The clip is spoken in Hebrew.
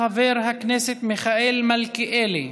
חבר הכנסת מיכאל מלכיאלי,